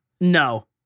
No